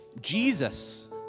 Jesus